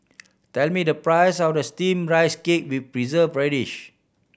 tell me the price of Steamed Rice Cake with Preserved Radish